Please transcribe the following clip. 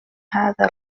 هذا